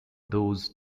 those